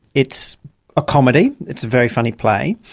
it's a comedy it's a very funny play.